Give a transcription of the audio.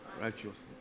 Righteousness